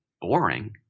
boring